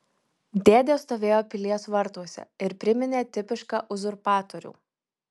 dėdė stovėjo pilies vartuose ir priminė tipišką uzurpatorių